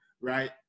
right